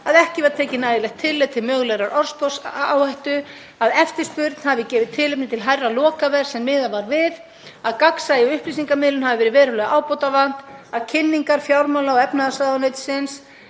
að ekki var tekið nægilegt tillit til mögulegrar orðsporsáhættu, að eftirspurn hafi gefið tilefni til hærra lokaverðs en miðað var við, að gagnsæi og upplýsingamiðlun hafi verið verulega ábótavant, að kynningar fjármála- og efnahagsráðuneytisins